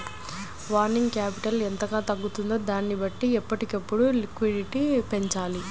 working capital ఎంతగా తగ్గుతుందో దానిని బట్టి ఎప్పటికప్పుడు లిక్విడిటీ పెంచాలి